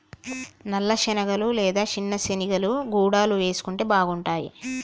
నల్ల శనగలు లేదా చిన్న శెనిగలు గుడాలు వేసుకుంటే బాగుంటాయ్